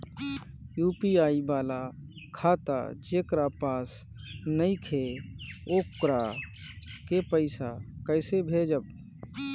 UPI वाला खाता जेकरा पास नईखे वोकरा के पईसा कैसे भेजब?